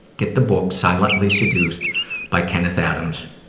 get the book silently seduced by kenneth adams.